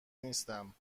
نیستم